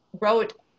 wrote